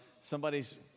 somebody's